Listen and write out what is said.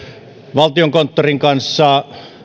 valtiokonttorin kanssa